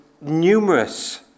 numerous